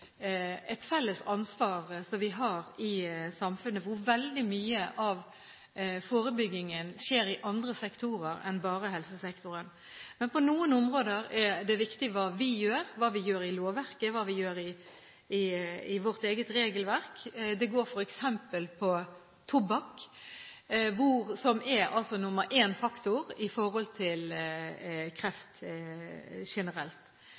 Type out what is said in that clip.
et felles ansvar som vi har i samfunnet, hvor veldig mye av forebyggingen skjer i andre sektorer enn bare i helsesektoren. Men på noen områder er det viktig hva vi gjør – hva vi gjør i lovverket, hva vi gjør i vårt eget regelverk. Det går f.eks. på tobakk, som er faktor nr. 1 når det gjelder kreft generelt.